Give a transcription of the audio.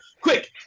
Quick